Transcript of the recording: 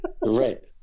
Right